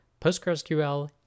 PostgreSQL